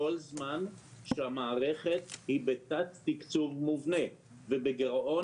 כל זמן שהמערכת היא בתת תקצוב מובנה ובגירעון